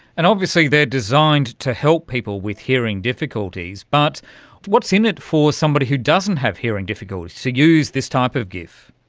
and obviously they are designed to help people with hearing difficulties, but what's in it for somebody who doesn't have hearing difficulties, to use this type of gif?